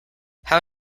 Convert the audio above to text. how